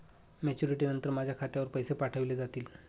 Maturity नंतर माझ्या खात्यावर पैसे पाठविले जातील?